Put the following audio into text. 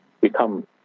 become